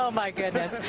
um my goodness.